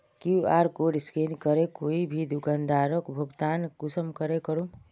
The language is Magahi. कियु.आर कोड स्कैन करे कोई भी दुकानदारोक भुगतान कुंसम करे करूम?